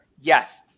yes